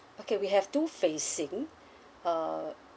okay we have two facing uh